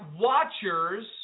watchers